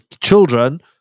children